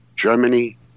Germany